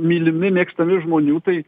mylimi mėgstami žmonių tai